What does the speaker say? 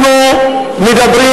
אנחנו מדברים,